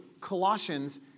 Colossians